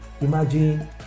imagine